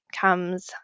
comes